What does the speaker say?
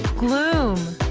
gloom.